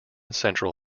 central